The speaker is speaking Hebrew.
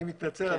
אני מתנצל,